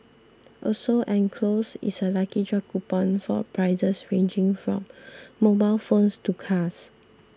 also enclosed is a lucky draw coupon for prizes ranging from mobile phones to cars